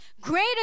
Greater